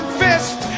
fist